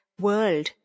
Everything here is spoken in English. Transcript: world